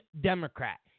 Democrat